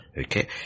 Okay